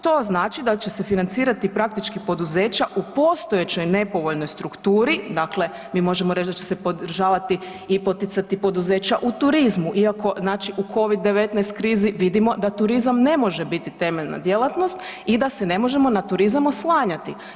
To znači da će se financirati praktički poduzeća u postojećoj nepovoljnoj strukturi, dakle mi možemo reć da će se podržavati i poticati poduzeća u turizmu iako znači u Covid-19 krizi vidimo da turizam ne može biti temeljna djelatnost i da se ne možemo na turizam oslanjati.